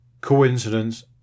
Coincidence